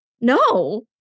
no